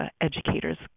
educators